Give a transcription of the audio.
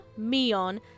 mion